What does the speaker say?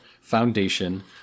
Foundation